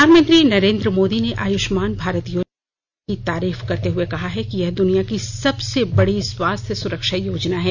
प्रधानमंत्री नरेन्द्र मोदी ने आयुष्मान भारत योजना की तारीफ करते हुए कहा कि यह दुनिया की सबसे बड़ी स्वास्थ्य सुरक्षा योजना है